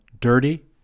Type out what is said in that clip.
dirty